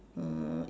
uh